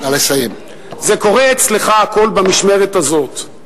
הכול קורה אצלך במשמרת הזאת,